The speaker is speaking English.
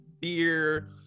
beer